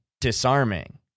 disarming